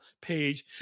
page